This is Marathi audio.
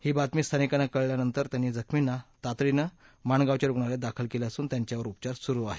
ही बातमी स्थानिकांना कळल्यानंतर त्यांनी जखमींना तातडीनं माणगावच्या रूग्णालयात दाखल केलं असून त्यांच्यावर उपचार सुरू आहेत